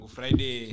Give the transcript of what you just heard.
Friday